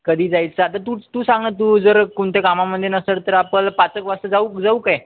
कधी जायचं आता तूच तू सांगा तू जर कोणत्या कामामध्ये नसेल तर आपलं पाच एक वाजता जाऊ जाऊ काय